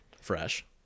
Fresh